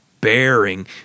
bearing